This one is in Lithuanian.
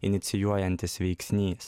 inicijuojantis veiksnys